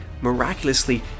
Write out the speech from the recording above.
Miraculously